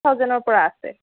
six থাউজেণ্ডৰ পৰা আছে